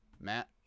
Matt